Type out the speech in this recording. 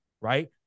right